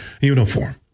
uniform